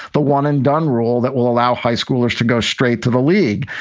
the one and done rule that will allow high schoolers to go straight to the league.